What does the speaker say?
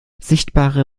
sichtbare